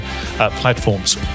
platforms